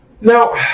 Now